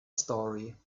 story